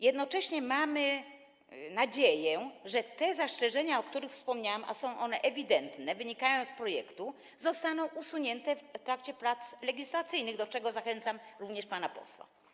Jednocześnie mamy nadzieję, że te zastrzeżenia, o których wspomniałam - a są one ewidentne, wynikają z projektu - zostaną usunięte w trakcie prac legislacyjnych, do czego zachęcam również pana posła.